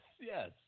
yes